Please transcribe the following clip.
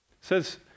says